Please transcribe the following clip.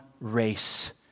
race